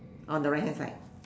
on the right hand side